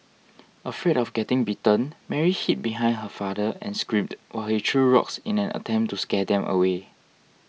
afraid of getting bitten Mary hid behind her father and screamed while he threw rocks in an attempt to scare them away